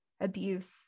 abuse